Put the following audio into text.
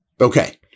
okay